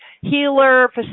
healer